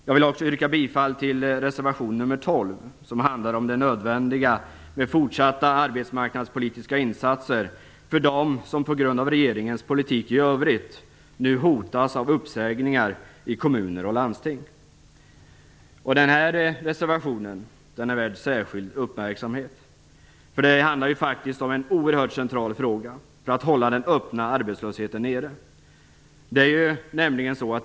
Jag vill också yrka bifall till reservation nr 12, som handlar om det nödvändiga med fortsatta arbetsmarknadspolitiska insatser för dem som nu hotas av uppsägningar i kommuner och landsting på grund av regeringens politik i övrigt. Denna reservation är värd särskild uppmärksamhet. Den handlar faktiskt om en oerhört central fråga, nämligen att minska den öppna arbetslösheten.